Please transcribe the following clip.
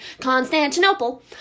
Constantinople